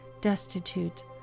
Destitute